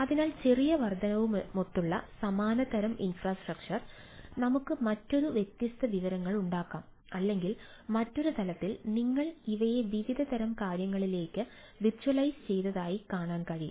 അതിനാൽ ചെറിയ വർദ്ധനവുമൊത്തുള്ള സമാന തരം ഇൻഫ്രാസ്ട്രക്ചർ നമുക്ക് മറ്റൊരു വ്യത്യസ്ത വിവരങ്ങളുണ്ടാക്കാം അല്ലെങ്കിൽ മറ്റൊരു തരത്തിൽ നിങ്ങൾ ഇവയെ വിവിധ തരം കാര്യങ്ങളിലേക്ക് വിർച്വലൈസ് ചെയ്തതായി കാണാൻ കഴിയും